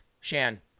Shan